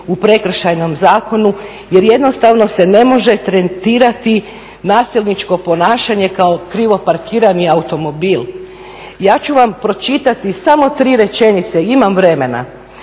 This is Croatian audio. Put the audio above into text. u prekršajnom zakonu jer jednostavno se ne može tretirati nasilničko ponašanje kao krivo parkiranje automobila. Ja ću vam pročitati samo tri rečenice, imam vremena.